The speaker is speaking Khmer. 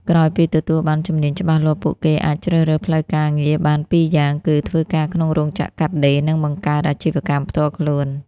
ក្រោយពីទទួលបានជំនាញច្បាស់លាស់ ពួកគេអាចជ្រើសរើសផ្លូវការងារបានពីរយ៉ាងគឺ ធ្វើការក្នុងរោងចក្រកាត់ដេរ និងបង្កើតអាជីវកម្មផ្ទាល់ខ្លួន។